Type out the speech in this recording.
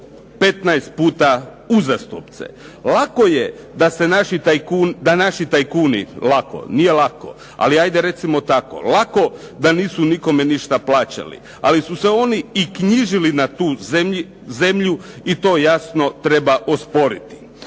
15 puta uzastopce. Lako je da naši tajkunu, lako, nije lako ali ajde recimo tako lako da nisu nikome ništa plaćali ali su se oni i knjižili na tu zemlju i to jasno treba osporiti.